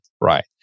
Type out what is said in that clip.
right